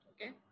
Okay